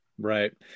Right